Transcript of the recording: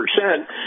percent